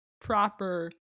proper